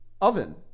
oven